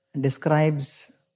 describes